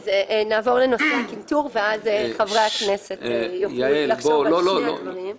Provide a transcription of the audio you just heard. הקנטור ותוכלו לחשוב על שני הדברים.